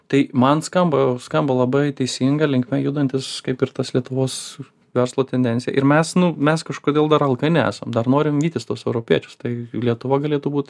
tai man skamba skamba labai teisinga linkme judantis kaip ir tas lietuvos verslo tendencija ir mes nu mes kažkodėl dar alkani esam dar norim vytis tuos europiečius tai lietuva galėtų būt